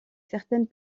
certaines